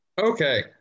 okay